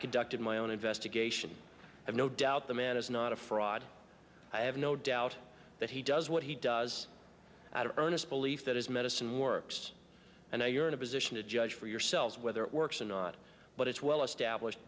conducted my own investigation i have no doubt the man is not a fraud i have no doubt that he does what he does out of earnest belief that his medicine works and you're in a position to judge for yourselves whether it works or not but it's well established